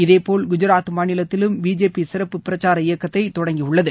இதேபோல் குஜராத் மாநிலத்திலும் பிஜேபி சிறப்பு பிரச்சார இயக்கத்தை தொடங்கியுள்ளது